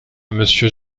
monsieur